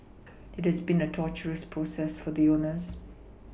it has been a torturous process for the owners